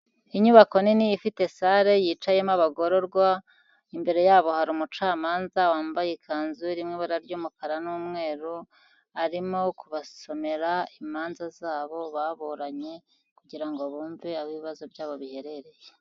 Inyubako nini ifite sale yicayemo abagororwa, imbere yabo hari umucamanza wambaye ikanzu iri mu ibara ry'umukara n'umweru, arimo kubasomera imanza zabo baburanye, kugira ngo bumve aho ibibazo byabo biherereye